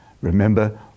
Remember